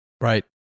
Right